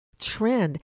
trend